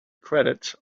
credits